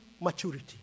maturity